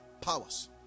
powers